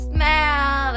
Smell